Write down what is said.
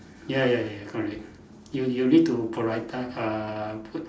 ya ya ya correct you you need to prioriti~ uh put